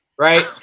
Right